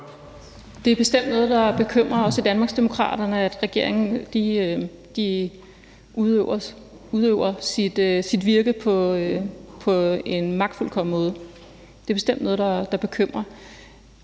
Det er bestemt noget, der bekymrer os i Danmarksdemokraterne, at regeringen udøver sit virke på en magtfuldkommen måde. Det er bestemt noget, der bekymrer.